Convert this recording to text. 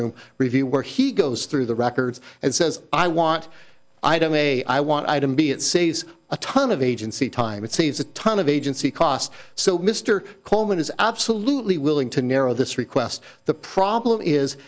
room review where he goes through the records and says i want i don't they i want item b it saves a ton of agency time it saves a ton of agency costs so mr coleman is absolutely willing to narrow this request the problem is